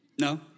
No